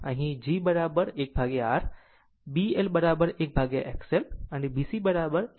આમ તે બનશે jB L અહીં G1R B L1XL અને B C1XC